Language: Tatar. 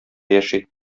яши